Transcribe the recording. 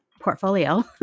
portfolio